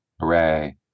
Hooray